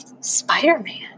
Spider-Man